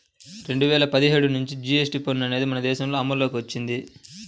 రెండు వేల పదిహేడు నుంచి జీఎస్టీ పన్ను అనేది మన దేశంలో అమల్లోకి వచ్చింది